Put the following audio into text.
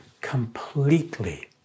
completely